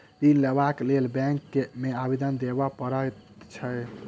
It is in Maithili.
ऋण लेबाक लेल बैंक मे आवेदन देबय पड़ैत छै